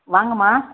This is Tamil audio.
வாங்கம்மா